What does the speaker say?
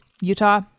Utah